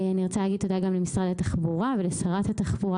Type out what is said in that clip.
אני רוצה להגיד תודה למשרד התחבורה ולשרת התחבורה,